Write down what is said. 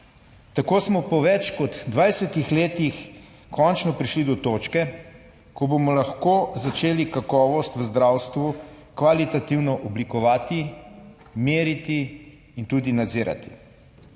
Tako smo po več kot 20. letih končno prišli do točke, ko bomo lahko začeli kakovost v zdravstvu kvalitativno oblikovati. Meriti in tudi nadzirati.